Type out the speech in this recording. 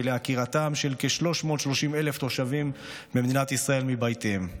ולעקירתם של כ-330,000 תושבים במדינת ישראל מבתיהם.